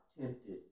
tempted